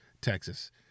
Texas